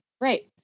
Right